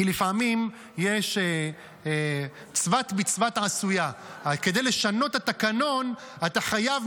כי לפעמים יש "צבת בצבת עשויה": כדי לשנות את התקנון אתה חייב,